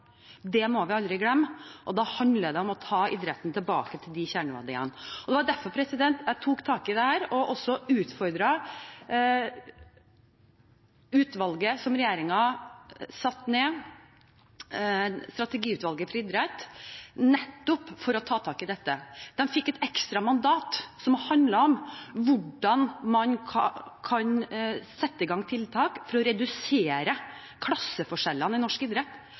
Det må vi aldri glemme, og da handler det om å ta idretten tilbake til de kjerneverdiene. Det var derfor jeg tok tak i dette og utfordret utvalget som regjeringen satte ned, Strategiutvalget for idrett, nettopp for å ta tak i dette. De fikk et ekstra mandat som handlet om hvordan man kan sette i gang tiltak for å redusere klasseforskjellene i